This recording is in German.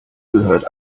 gehört